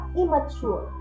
immature